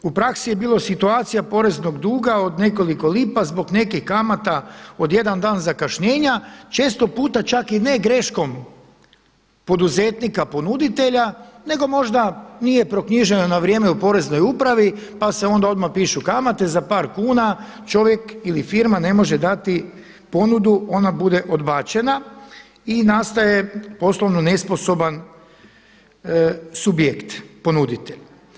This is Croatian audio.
U praksi je bilo situacija poreznog duga od nekoliko lipa zbog nekih kamata od jedan dan zakašnjenja često puta čak i ne greškom poduzetnika ponuditelja, nego možda nije proknjižena na vrijeme u Poreznoj upravi pa se onda odmah pišu kamate za par kuna čovjek ili firma ne može dati ponudu, ona bude odbačena i nastaje poslovno nesposoban subjekt, ponuditelj.